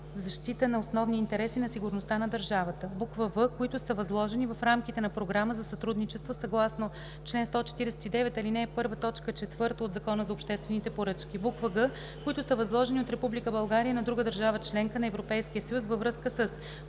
защита на основни интереси на сигурността на държавата; в) които са възложени в рамките на програма за сътрудничество съгласно чл. 149, ал. 1, т. 4 от Закона за обществените поръчки; г) които са възложени от Република България на друга държава – членка на Европейския съюз, във връзка със: